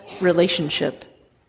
relationship